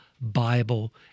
Bible